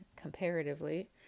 comparatively